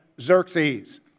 Xerxes